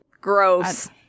Gross